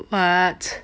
what